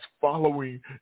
following